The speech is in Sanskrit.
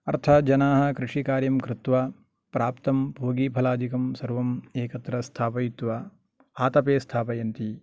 अर्थात् जनाः कृषिकार्यं कृत्वा प्राप्तं पूगीफलादिकं सर्वं एकत्र स्थापयित्वा आतपे स्थापयन्ति